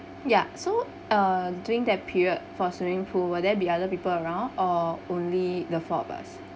ya so uh during that period for swimming pool will there be other people around or only the four of us